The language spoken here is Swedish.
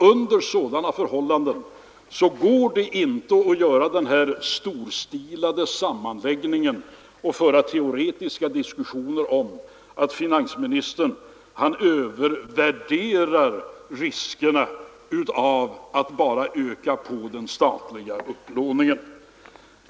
Under sådana förhållanden går det inte att göra den här storstilade sammanläggningen och föra teoretiska diskussioner om att finansministern övervärderar riskerna av att bara öka på den statliga upplåningen.